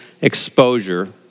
exposure